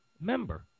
member